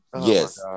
Yes